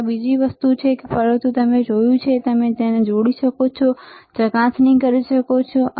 ત્યાં બીજી વસ્તુ છે પરંતુ તમે જે જોયું છે તે તમે તેને જોડી શકો છો ચકાસણી કરી શકો છો